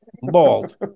bald